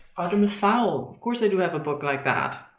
artemis fowl, of course i do have a book like that.